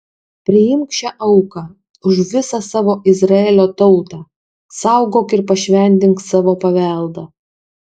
priimk šią auką už visą savo izraelio tautą saugok ir pašventink savo paveldą